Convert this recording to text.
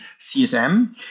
CSM